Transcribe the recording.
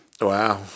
wow